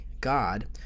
God